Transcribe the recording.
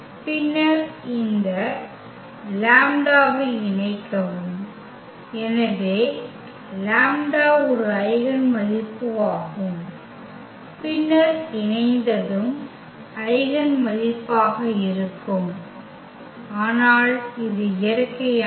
பின்னர் இந்த λ̅வைஇணைக்கவும் எனவே λ ஒரு ஐகென் மதிப்பு ஆகும் பின்னர் இணைந்ததும் ஐகென் மதிப்பாக இருக்கும் ஆனால் இது இயற்கையானது